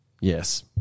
Yes